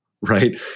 right